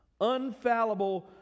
unfallible